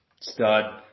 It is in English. stud